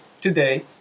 today